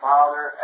Father